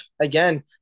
again